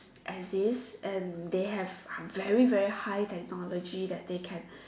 as if and they have a very very high technology that they can